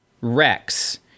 Rex